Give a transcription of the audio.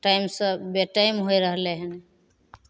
टाइमसे बेटाइम होइ रहलै हँ